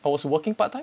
I was working part time